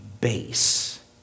base